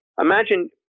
Imagine